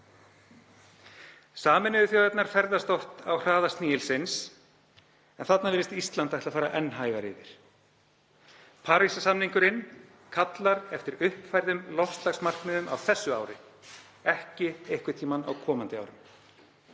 Sameinuðu þjóðirnar ferðast oft á hraða snigilsins en þarna virðist Ísland ætla að fara enn hægar yfir. Parísarsamningurinn kallar eftir uppfærðum loftslagsmarkmiðum á þessu ári — ekki einhvern tímann á komandi árum.